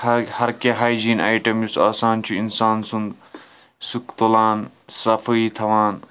ہا ہَر کیٚنٛہہ ہاے جیٖن اَیٹَم یُس آسان چھُِ اِنسان سُنٛد سُہ تُلان صفٲیِی تھاوان